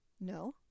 no